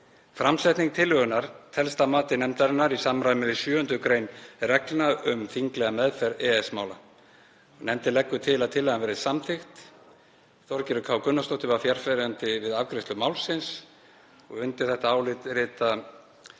Framsetning tillögunnar telst að mati nefndarinnar í samræmi við 7. gr. reglna um þinglega meðferð EES-mála. Nefndin leggur til að tillagan verði samþykkt. Þorgerður Katrín Gunnarsdóttir var fjarverandi við afgreiðslu málsins. Undir þetta álit rita hv.